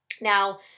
Now